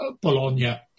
Bologna